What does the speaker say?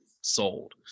sold